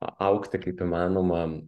a augti kaip įmanoma